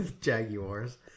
Jaguars